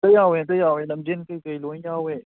ꯑꯇꯩ ꯌꯥꯎꯋꯦ ꯑꯇꯩ ꯌꯥꯎꯋꯦ ꯂꯝꯖꯦꯟ ꯀꯩ ꯀꯩ ꯂꯣꯏ ꯌꯥꯎꯋꯦ